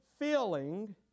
Feeling